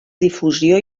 difusió